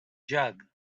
jug